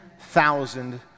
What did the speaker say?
thousand